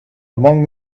among